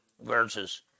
verses